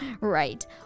Right